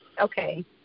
Okay